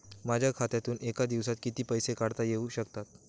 माझ्या खात्यातून एका दिवसात किती पैसे काढता येऊ शकतात?